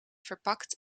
verpakt